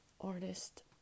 Artist